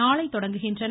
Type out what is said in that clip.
நாளை தொடங்குகின்றன